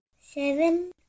Seven